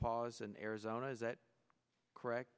pause in arizona is that correct